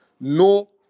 No